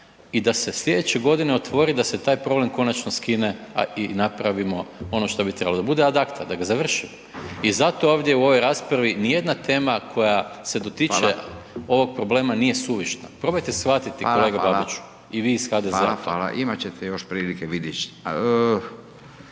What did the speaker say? i da se slijedeće godine otvori i da se taj problem konačno skine, a i napravimo ono što bi trebalo, da bude ad acta, da ga završimo. I zato ovdje u ovoj raspravi nijedna tema koja se tiče .../Upadica: Hvala./... nije suvišna, probajte shvatite .../Upadica: Hvala, hvala./... kolega Babiću i vi